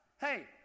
Hey